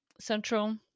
central